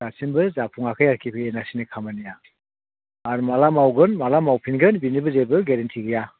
दासिमबो जाफुङाखै आरोखि बे एन आर सि नि खामानिया आरो माब्ला मावगोन माब्ला मावफिनगोन बेनिबो जेबो गेरान्टि गैया